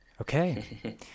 okay